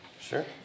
Sure